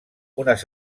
unes